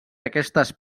aquestes